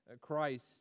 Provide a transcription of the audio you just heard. Christ